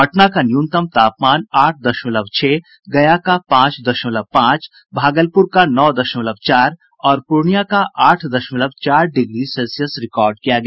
पटना का न्यूनतम तापमान आठ दशमलव छह गया का पांच दशमलव पांच भागलपुर का नौ दशमलव चार और पूर्णिया का आठ दशमलव चार डिग्री सेल्सियस रिकार्ड किया गया